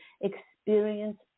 experience